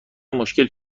مشکل